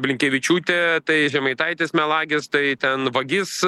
blinkevičiūtė tai žemaitaitis melagis tai ten vagis